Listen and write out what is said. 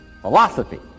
Philosophy